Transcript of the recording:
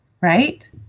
right